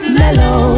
mellow